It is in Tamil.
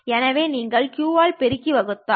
எனவே நீங்கள் q ஆல் பெருக்கி வகுத்தால்